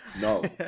No